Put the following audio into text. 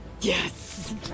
Yes